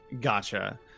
gotcha